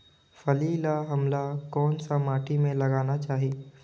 फल्ली ल हमला कौन सा माटी मे लगाना चाही?